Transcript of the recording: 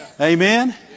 Amen